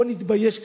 בואו נתבייש קצת.